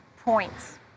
points